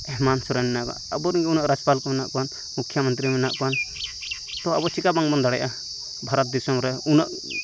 ᱦᱮᱢᱚᱱᱛ ᱥᱚᱨᱮᱱ ᱢᱮᱱᱟᱭᱟ ᱟᱵᱚᱨᱮᱱ ᱩᱱᱟᱹᱜ ᱨᱟᱡᱽᱯᱟᱞ ᱠᱚ ᱢᱮᱱᱟᱜ ᱠᱚᱣᱟ ᱢᱩᱠᱷᱭᱚ ᱢᱚᱱᱛᱤᱨᱤ ᱢᱮᱱᱟᱜ ᱠᱚᱣᱟ ᱛᱚ ᱟᱵᱚ ᱪᱮᱠᱟ ᱵᱟᱝᱵᱚᱱ ᱫᱟᱲᱮᱭᱟᱜᱼᱟ ᱵᱷᱟᱨᱚᱛ ᱫᱤᱥᱚᱢᱨᱮ ᱩᱱᱟᱜ